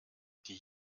die